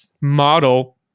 model